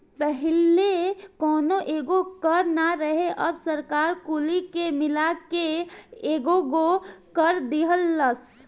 पहिले कौनो एगो कर ना रहे अब सरकार कुली के मिला के एकेगो कर दीहलस